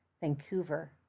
Vancouver